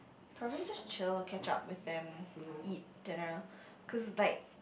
probably just chill catch up with them eat dinner cause like